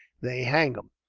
they hang them.